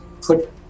put